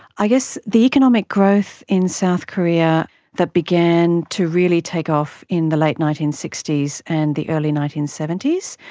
i guess the economic growth in south korea that began to really take off in the late nineteen sixty s and the early nineteen seventy s,